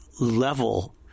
level